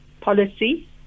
policy